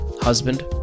husband